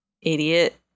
idiot